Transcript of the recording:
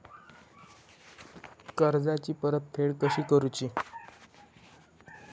कर्जाची परतफेड कशी करूची?